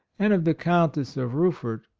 and of the countess of ruffert.